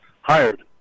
hired